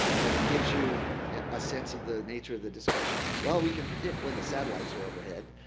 but it gives you a sense of the nature of the discussions. well, we can predict when the satellites are overhead.